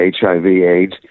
HIV-AIDS